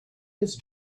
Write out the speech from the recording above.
his